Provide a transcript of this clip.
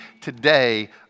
today